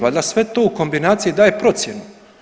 Valjda sve to u kombinaciji daje procjenu.